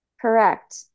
Correct